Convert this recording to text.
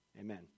Amen